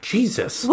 Jesus